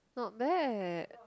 not bad